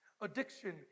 addiction